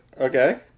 Okay